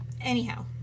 anyhow